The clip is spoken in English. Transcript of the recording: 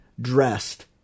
dressed